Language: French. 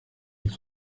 ils